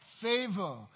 Favor